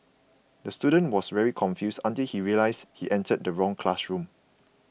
the student was very confused until he realised he entered the wrong classroom